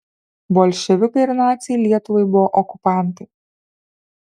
bolševikai ir naciai lietuvai buvo okupantai